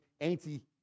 anti